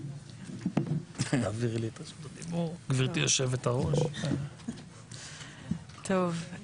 תודה רבה לך גברתי היושבת-ראש, תודה לחברי הכנסת.